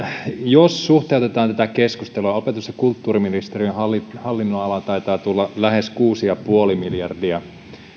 jos suhteutetaan tätä keskustelua opetus ja kulttuuriministeriön hallinnonala taitaa olla lähes kuusi pilkku viisi miljardia